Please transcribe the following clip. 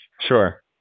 Sure